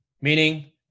Meaning